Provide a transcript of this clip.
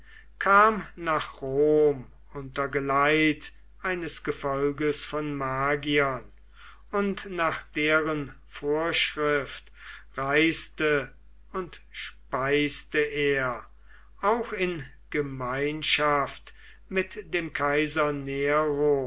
kam nach rom unter geleit eines gefolges von magiern und nach deren vorschrift reiste und speiste er auch in gemeinschaft mit dem kaiser nero